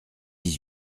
dix